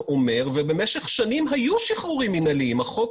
במשך שנים היו שחרורים מינהליים והחוק